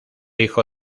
hijo